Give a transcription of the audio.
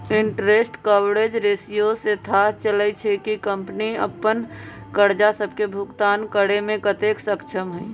interest coverage ratio से थाह चललय छै कि कंपनी अप्पन करजा सभके भुगतान करेमें कतेक सक्षम हइ